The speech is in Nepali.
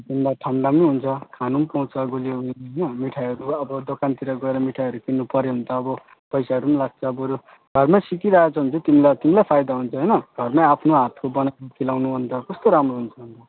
तिमीलाई ठन्डा पनि हुन्छ खानु पनि पाउँछ गुलियोहरू होइन मिठाईहरू अब दोकानतिर गएर मिठाईहरू किन्नुपर्यो भने त अब पैसाहरू पनि लाग्छ बरू घरमै सिकिरहेको छ भने चाहिँ तिमीलाई तिमीलाई फाइदा हुन्छ होइन घरमै आफ्नो हातको बनाएर खुवाउनु भने त कस्तो राम्रो हुन्छ